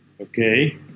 Okay